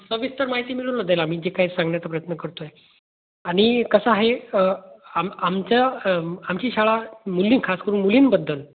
सविस्तर माहिती मिळूनचं जाईल आम्ही जे काय सांगण्याचा प्रयत्न करतो आहे आणि कसं आहे आम आमच्या आमची शाळा मुलीं खास करून मुलींबद्दल